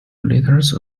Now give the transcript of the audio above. letters